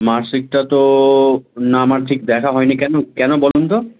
মার্কশিটটা তো না আমার ঠিক দেখা হয় নি কেন কেন বলুন তো